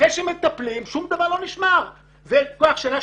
אחרי שמטפלים שום דבר לא נשמר זה מחזיק שנה,